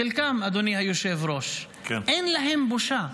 חלקם, אדוני היושב-ראש, אין להם בושה.